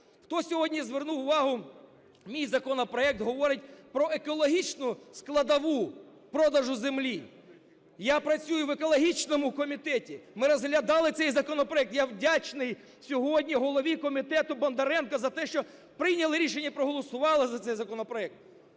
Хто сьогодні звернув увагу, мій законопроект говорить про екологічну складову продажу землі. Я працюю в екологічному комітеті, ми розглядали цей законопроект. Я вдячний сьогодні голові комітету Бондаренку за те, що прийняли рішення, проголосували за цей законопроект.